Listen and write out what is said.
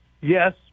yes